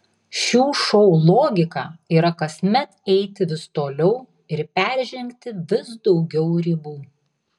šių šou logika yra kasmet eiti vis toliau ir peržengti vis daugiau ribų